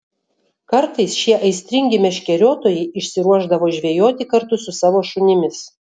kartais šie aistringi meškeriotojai išsiruošdavo žvejoti kartu su savo šunimis